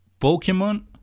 Pokemon